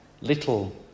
little